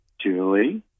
Julie